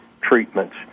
treatments